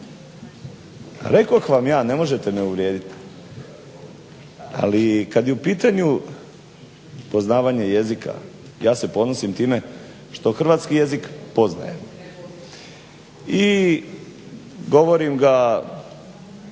rekoh vam ja ne možete me uvrijedit, ali kad je u pitanju poznavanje jezika ja se ponosim time što hrvatski jezik poznajem i govorim ga